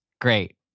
Great